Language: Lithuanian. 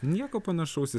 nieko panašaus į